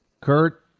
Kurt